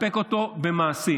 לספק אותו במעשים,